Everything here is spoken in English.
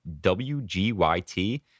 WGYT